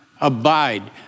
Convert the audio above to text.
abide